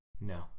no